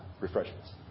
refreshments